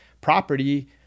property